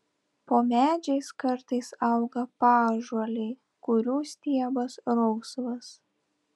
po medžiais kartais auga paąžuoliai kurių stiebas rausvas